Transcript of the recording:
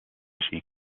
she